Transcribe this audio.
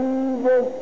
Jesus